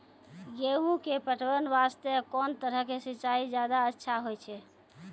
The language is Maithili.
गेहूँ के पटवन वास्ते कोंन तरह के सिंचाई ज्यादा अच्छा होय छै?